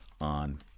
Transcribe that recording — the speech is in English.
on